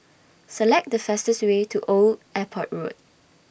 Select The fastest Way to Old Airport Road